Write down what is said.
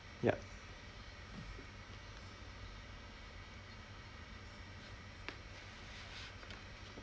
ya